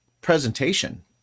presentation